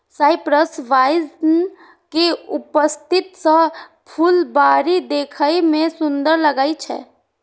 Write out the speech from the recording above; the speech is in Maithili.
साइप्रस वाइन के उपस्थिति सं फुलबाड़ी देखै मे सुंदर लागै छै